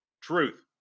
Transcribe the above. Truth